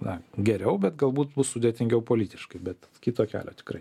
na geriau bet galbūt bus sudėtingiau politiškai bet kito kelio tikrai